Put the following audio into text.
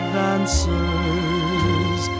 dancers